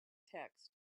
text